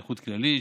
נכות כללית,